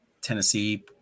Tennessee